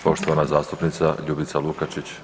Poštovana zastupnica Ljubica Lukačić.